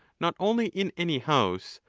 not only in any house,